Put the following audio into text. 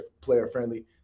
player-friendly